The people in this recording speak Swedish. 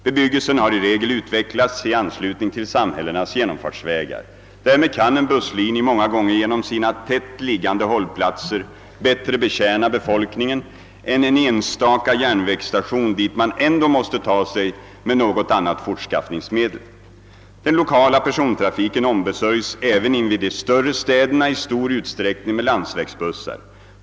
Bebyggelsen har i regel utvecklats i anslutning till samhällenas genomfartsvägar. Därmed kan en busslinje många gånger genom sina tätt liggande hållplatser bättre betjäna befolkningen än en enstaka järnvägsstation, dit man ändå måste ta sig med något annat fortskaffningsmedel. Den lokala persontrafiken ombesörjs även invid de större städerna i stor utsträckning med landsvägsbussar.